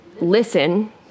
listen